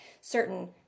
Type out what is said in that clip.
certain